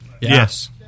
Yes